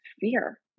fear